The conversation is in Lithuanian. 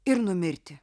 ir numirti